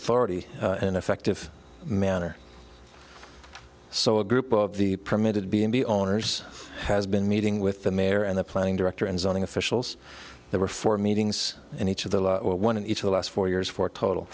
authority and effective manner so a group of the permitted b and b owners has been meeting with the mayor and the planning director and zoning officials there were four meetings in each of the one in each of the last four years for total